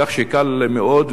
כך שקל מאוד,